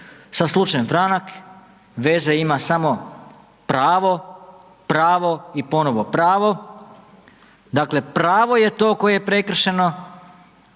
Sa slučajem Franak veze ima samo pravo, pravo i ponovo pravo. Dakle, pravo je to koje je prekršeno,